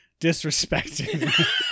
disrespecting